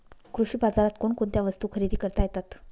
कृषी बाजारात कोणकोणत्या वस्तू खरेदी करता येतात